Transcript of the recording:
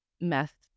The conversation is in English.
meth